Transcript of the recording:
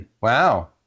wow